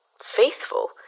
faithful